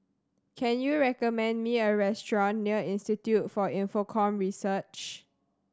can you recommend me a restaurant near Institute for Infocomm Research